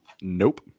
Nope